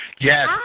Yes